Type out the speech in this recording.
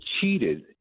cheated